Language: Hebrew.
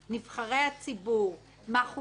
מה חוקתי,